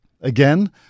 again